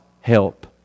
help